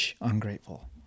ungrateful